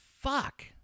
fuck